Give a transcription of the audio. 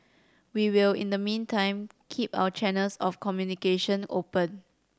we will in the meantime keep our channels of communication open